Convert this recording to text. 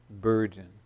burden